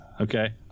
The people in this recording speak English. Okay